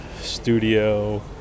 studio